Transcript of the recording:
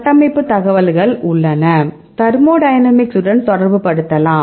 கட்டமைப்பு தகவல்கள் உள்ளன தெர்மோடைனமிக்ஸ் உடன் தொடர்புபடுத்தலாம்